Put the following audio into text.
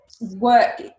work